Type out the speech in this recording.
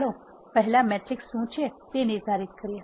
ચાલો પહેલા મેટ્રિસીસ શું છે તે નિર્ધારિત કરીએ